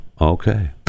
okay